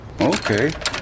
Okay